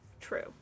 True